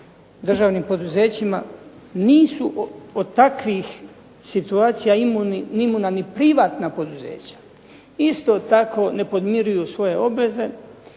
državnim poduzećima, nisu od takvih situacija ni imuna ni privatna poduzeća. Isto tako ne podmiruju svoje obveze,